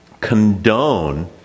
condone